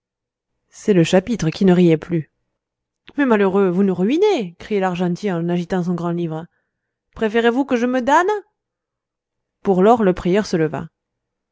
c'est le chapitre qui ne riait plus mais malheureux vous nous ruinez criait l'argentier en agitant son grand-livre préférez-vous que je me damne pour lors le prieur se leva